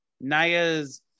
Naya's